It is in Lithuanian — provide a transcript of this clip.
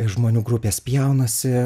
žmonių grupės pjaunasi